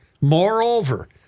Moreover